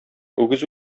үгез